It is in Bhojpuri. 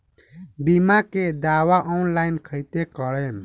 बीमा के दावा ऑनलाइन कैसे करेम?